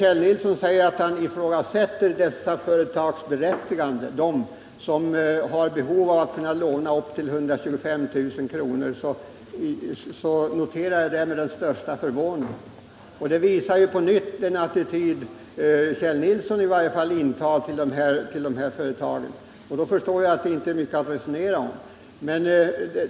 Kjell Nilssons uttalande att han i frågasätter berättigandet för de företag som behöver låna upp till 125 000 kr. noterar jag med största förvåning. Det visar på nytt vilken attityd Kjell Nilsson intar till dessa företag, och då förstår jag att det inte är mycket att resonera om.